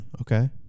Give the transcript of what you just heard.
Okay